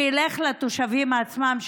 שילך לתושבים עצמם,